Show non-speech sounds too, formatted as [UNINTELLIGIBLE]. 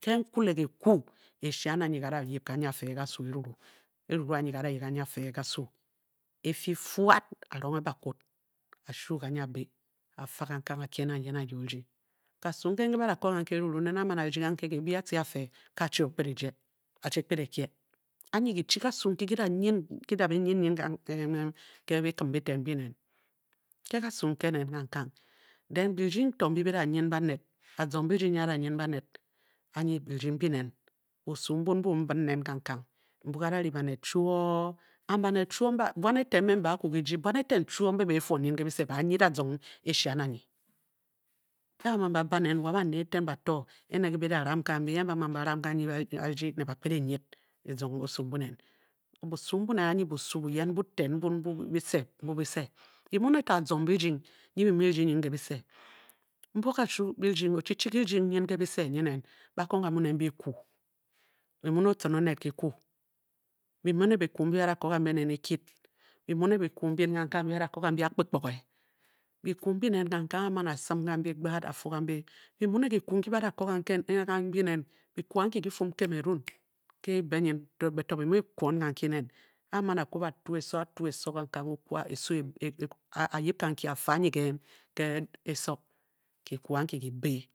Ke nkulekiiru eshian anyi nke a-da yip ganyi a-fe ke kasu eriru. Eruru anyi ke a-da yip ganyi a-fe ke kasu eruru, e-fyi fuad, a-ronghe bakwud a-shuu ganyi a-ti, a-fa kankang, a-kye nang ye nang ye o-rgi. Kasu nken nke ba da ko kanke nen eruru a-man a-rdi kanke, ke-e byi atci a-fe, kachi okped o eyie a-chi kped e-kie. Anyi ki chi kasu nki ki da nyin, ki da-be nyin [UNINTELLIGIBLE] ke bikim mbi ten mbinen, ke kasu nke nen kangkang den birding to mbi a-da nyin baned, azong birding mbi a-da nyin baned anyi birding mbi nen. busu mbun mbu e-n-bin nen kangkang, mbuu ke a-da ri baned chuoo. and baned chuoo ba a, buan eten mbe be akwu kijii, buan eten chuoo mbe be beh fuun nyin ke bise ba a nyide azong eshian anyi ke ba man ba baa nen wa bane eten bato, ene ke bida ram kanbyi, e-ba man ba ram kanyi ba rdi ne ba kped e-nyid kizong busu mbu nen busu mbu nen anyi, busu buyen mbu ten mbun mbu bise, mbu bise Bu mu ne to azong birding nyi bi mu bi-rdi nyin ke bise, mbuop kashu birding, or ochichi kirding nyin ke bise nyin nen ba-kong ga mu nen, bikwu bi muu ne otcin-oned-kikwu bi muu ne bikwu mbyi ba-da ko gambi nen, ekit, bi muu ne bikwu mbin kankang mbyi ba da ko gambi nen ákpúkpòghé bikini mbi nen kangkang a-man a-sim gambi gbad a-fu gambi byi muu ne kikwu nki ba da ko ganki nen, kikwu anki kifun kameroon, ke-e be nyin to ba to bi mu bi-kwon ganki nen. A-man a-kwu a-ba tu eso, a-tu eso kangkang ki-kwa, eso e, a-yip ganki a-fe anyi ke eso kikun anki kí bé.